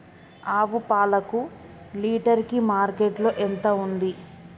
ఆవు పాలకు లీటర్ కి మార్కెట్ లో ఎంత ఉంది?